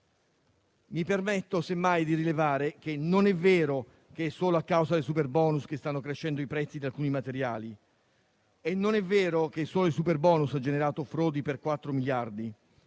Mi permetto, semmai, di rilevare che non è vero che è solo a causa del superbonus che stanno crescendo i prezzi di alcuni materiali. Non è vero che solo il superbonus ha generato frodi per 4 miliardi